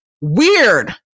Weird